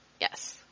Yes